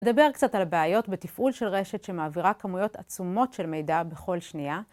דבר קצת על הבעיות בתפעול של רשת שמעבירה כמויות עצומות של מידע בכל שנייה.